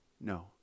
No